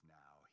now